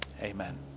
Amen